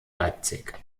leipzig